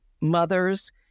mothers